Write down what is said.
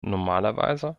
normalerweise